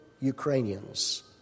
Ukrainians